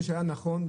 חשבנו שהיה נכון,